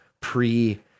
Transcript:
pre